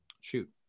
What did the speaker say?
shoot